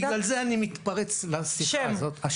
בגלל זה אני מתפרץ לשיחה הזאת --- רגע רגע,